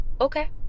okay